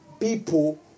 people